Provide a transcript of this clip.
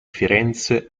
firenze